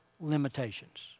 limitations